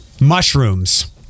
mushrooms